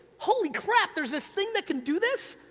holy crap, there's this thing that can do this?